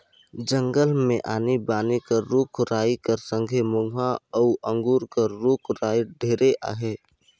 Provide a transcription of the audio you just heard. जंगल मे आनी बानी कर रूख राई कर संघे मउहा अउ अंगुर कर रूख राई ढेरे अहे